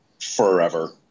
forever